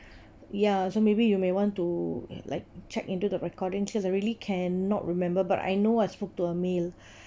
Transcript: ya so maybe you may want to like check into the recording since I really cannot remember but I know I spoke to a male